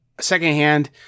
secondhand